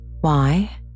Why